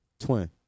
Twin